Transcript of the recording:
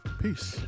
peace